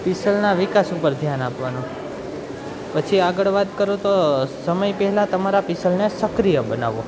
પીસલના વિકાસ ઉપર ધ્યાન આપવાનું પછી આગળ વાત કરું તો સમય પહેલાં તમારા પીસલને સક્રિય બનાવો